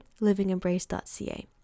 livingembrace.ca